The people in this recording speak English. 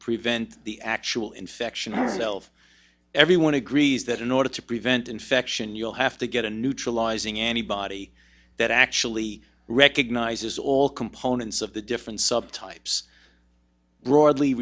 prevent the actual infection herself everyone agrees that in order to prevent infection you'll have to get a neutralizing antibody that actually recognizes all components of the different subtypes broadly